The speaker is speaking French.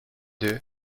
deux